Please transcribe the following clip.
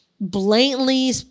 blatantly